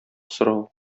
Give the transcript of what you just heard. сорау